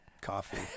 coffee